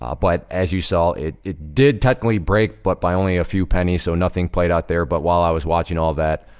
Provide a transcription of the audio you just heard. ah but, as you saw, it it did technically break, but, by only a few pennies, so, nothing played out there. but, while i was watching all that,